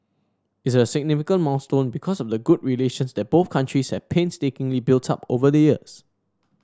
is a significant milestone because of the good relations that both countries have painstakingly built up over the years